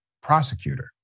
prosecutor